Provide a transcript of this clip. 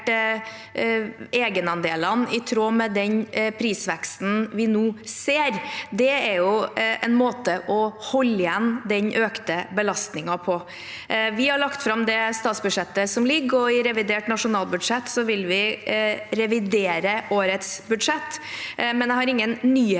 egenandelene i tråd med den prisveksten vi nå ser. Det er jo en måte å holde igjen den økte belastningen på. Vi har lagt fram det statsbudsjettet som gjelder, og i revidert nasjonalbudsjett vil vi revidere årets budsjett, men jeg har ingen